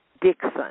Dixon